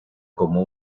como